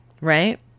Right